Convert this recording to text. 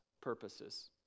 purposes